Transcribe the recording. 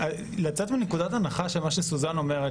לצאת מנקודת ההנחה של מה שסוזן אומרת